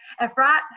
Efrat